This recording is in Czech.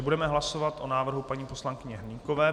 Budeme hlasovat o návrhu paní poslankyně Hnykové.